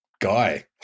guy